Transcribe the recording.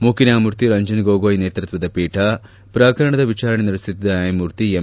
ಮುಖ್ಯ ನ್ಯಾಯಮೂರ್ತಿ ರಂಜನ್ ಗೊಗೋಯ್ ನೇತೃತ್ವದ ಪೀಠ ಪ್ರಕರಣದ ವಿಚಾರಣೆ ನಡೆಸುತ್ತಿದ್ದ ನ್ಯಾಯಮೂರ್ತಿ ಎಂ